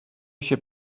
się